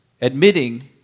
admitting